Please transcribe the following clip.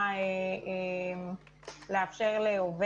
5.8%. כל הנתונים מופיעים באתר של הלשכה,